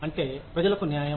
అంటే ప్రజలకు న్యాయం